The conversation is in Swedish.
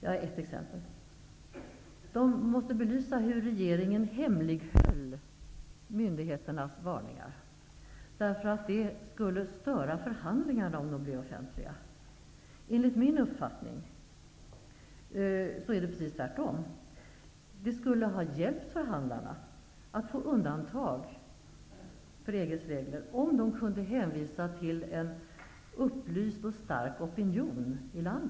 De måste också belysa på vilket sätt regeringen hemlighöll myndigheternas varningar, eftersom det skulle störa förhandlingarna om de blev offentliga. Enligt min uppfattning är det precis tvärtom. Det skulle i stället ha hjälpt förhandlarna att få till stånd undantag från EG:s regler om de hade kunnat hänvisa till en upplyst och stark opinion i landet.